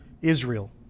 Israel